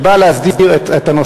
שבאה להסדיר את החוק,